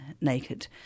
naked